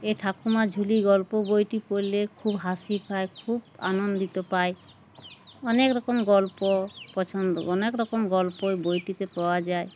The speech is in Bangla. এই ঠাকুমার ঝুলি গল্প বইটি পড়লে খুব হাসি পায় খুব আনন্দিত পায় অনেক রকম গল্প পছন্দ অনেক রকম গল্প ওই বইটিতে পাওয়া যায়